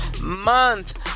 month